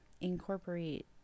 incorporate